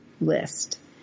list